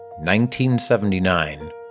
1979